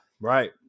right